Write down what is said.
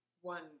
One